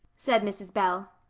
said mrs. bell.